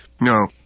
No